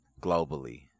globally